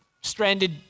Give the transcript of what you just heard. stranded